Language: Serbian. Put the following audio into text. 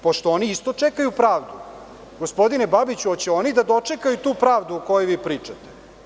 Pošto oni isto čekaju pravdu, gospodine Babiću, da li će oni da dočekaju tu pravdu o kojoj vi pričate?